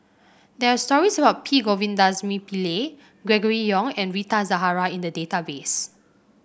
there are stories about P Govindasamy Pillai Gregory Yong and Rita Zahara in the database